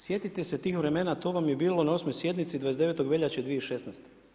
Sjetite se tih vremena, to vam je bilo na 8. sjednici 29. veljače 2016.